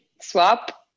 swap